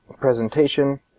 presentation